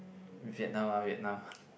Vietnam ah Vietnam